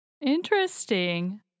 interesting